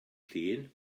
llun